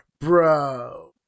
bro